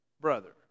brother